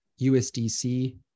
USDC